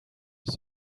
his